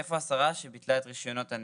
איפה השרה שביטלה את רישיונות הנפט?